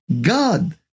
God